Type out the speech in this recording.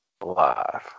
alive